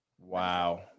Wow